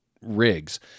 rigs